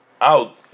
out